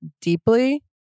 deeply